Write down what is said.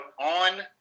on